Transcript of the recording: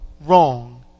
wrong